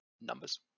numbers